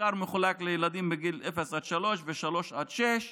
המחקר מחולק לילדים בגיל אפס עד שלוש ושלוש עד שש,